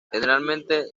generalmente